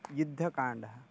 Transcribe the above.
युद्धकाण्डः